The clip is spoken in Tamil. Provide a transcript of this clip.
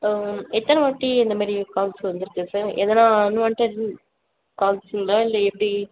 எத்தனை வாட்டி இந்தமாதிரி கால்ஸ் வந்திருக்கு சார் எதனால் அன்வான்டட் கால்ஸ்ங்களா இல்லை எப்படி